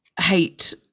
hate